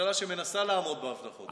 ממשלה שמנסה לעמוד בהבטחות.